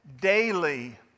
daily